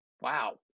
Wow